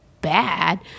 bad